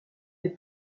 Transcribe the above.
des